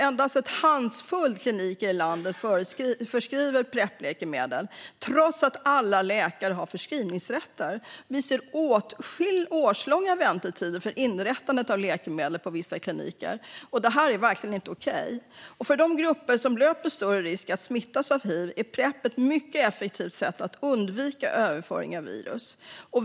Endast en handfull kliniker i landet förskriver Prepläkemedel, trots att alla läkare har förskrivningsrätt. Vi ser årslånga väntetider för inrättandet av läkemedlet på vissa kliniker. Det här är verkligen inte okej. För de grupper som löper större risk att smittas av hiv är Prep ett mycket effektivt sätt att undvika överföring av virus.